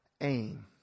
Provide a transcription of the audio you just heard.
aim